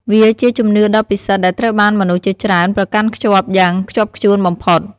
វាជាជំនឿដ៏ពិសិដ្ឋដែលត្រូវបានមនុស្សជាច្រើនប្រកាន់ខ្ជាប់យ៉ាងខ្ជាប់ខ្ជួនបំផុត។